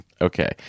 Okay